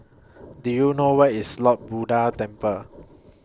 Do YOU know Where IS Lord Buddha Temple